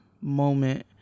moment